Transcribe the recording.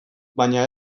baina